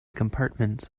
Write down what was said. compartments